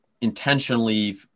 intentionally